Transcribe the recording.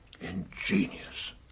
Ingenious